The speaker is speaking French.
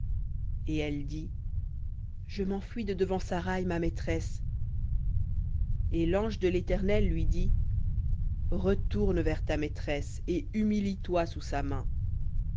et elle dit je m'enfuis de devant saraï ma maîtresse et l'ange de l'éternel lui dit retourne vers ta maîtresse et humilie toi sous sa main